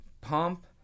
pump